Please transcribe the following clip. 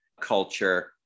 culture